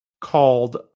called